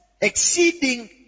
exceeding